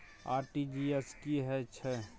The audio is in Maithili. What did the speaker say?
आर.टी.जी एस की है छै?